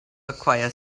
acquire